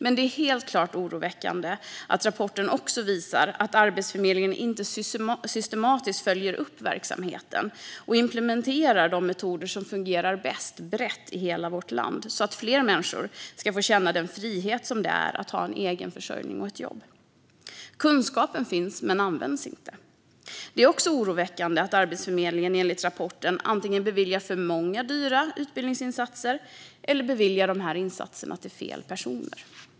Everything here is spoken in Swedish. Men det är helt klart oroväckande att rapporten också visar att Arbetsförmedlingen inte systematiskt följer upp verksamheten och implementerar de metoder som fungerar bäst, brett i hela vårt land, så att fler människor ska få känna den frihet som det är att ha en egen försörjning och ett jobb. Kunskapen finns men används inte. Det är också oroväckande att Arbetsförmedlingen enligt rapporten antingen beviljar för många dyra utbildningsinsatser eller beviljar dessa insatser till fel personer.